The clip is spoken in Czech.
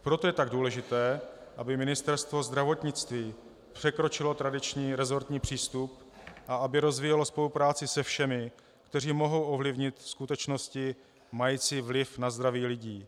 Proto je tak důležité, aby Ministerstvo zdravotnictví překročilo tradiční resortní přístup a aby rozvíjelo spolupráci se všemi, kteří mohou ovlivnit skutečnosti mající vliv na zdraví lidí.